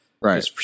Right